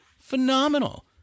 phenomenal